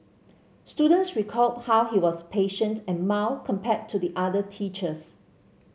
students recalled how he was patient and mild compared to the other teachers